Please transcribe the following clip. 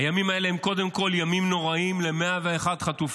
הימים האלה הם קודם כול ימים נוראים ל-101 חטופים,